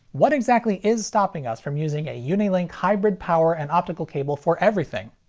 what exactly is stopping us from using a unilink hybrid power and optical cable for everything?